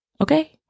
Okay